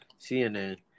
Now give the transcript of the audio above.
CNN